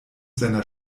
seiner